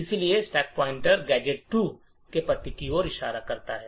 इसलिए stack pointer gadget 2 के पते की ओर इशारा करता है